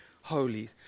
holy